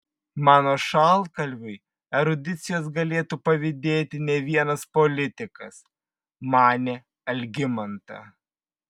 mano šaltkalviui erudicijos galėtų pavydėti ne vienas politikas manė algimanta